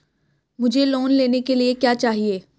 मुझे लोन लेने के लिए क्या चाहिए?